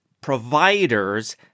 providers